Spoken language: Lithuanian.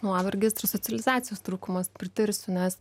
nuovargis ir socializacijos trūkumas pritarsiu nes